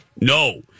no